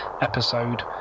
episode